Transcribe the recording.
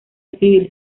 escribir